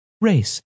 Race